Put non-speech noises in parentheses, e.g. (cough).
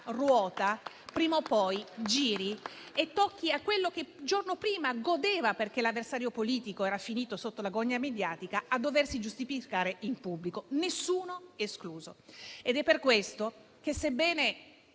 ruota prima o poi giri e tocchi a quello che il giorno prima godeva perché l'avversario politico era finito sotto la gogna mediatica di doversi giustificare in pubblico, nessuno escluso. (applause) È per questo che, sebbene